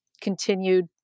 continued